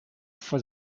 for